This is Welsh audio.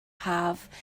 haf